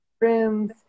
rooms